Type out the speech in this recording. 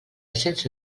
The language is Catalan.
sense